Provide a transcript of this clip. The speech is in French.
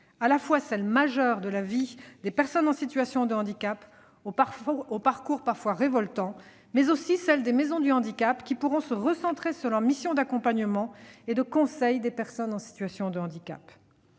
à la fois celle- majeure -de la vie des personnes en situation de handicap aux parcours parfois révoltants, mais aussi celle des MDPH, qui pourront se recentrer sur leur mission d'accompagnement et de conseil des personnes en situation de handicap.